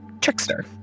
trickster